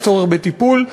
יש צורך בטיפול,